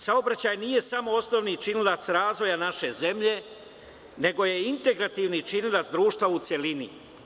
Saobraćaj nije samo osnovini činilac razvoja naše zemlje nego je integrativni činilac društva u celini.